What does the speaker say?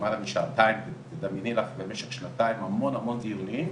למשך שעתיים, למעלה משנתיים, התקיימו המון דיונים.